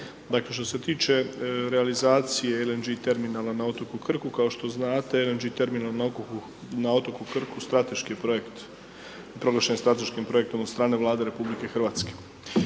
Dakle, što se tiče realizacije LNG terminala na otoku Krku, kao što znate LNG terminal na otoku Krku strateški je projekt, proglašen je strateškim projektom od strane Vlade RH.